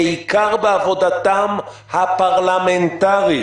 בעיקר בעבודתם הפרלמנטרית".